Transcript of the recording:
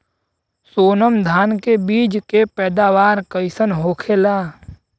सोनम धान के बिज के पैदावार कइसन होखेला?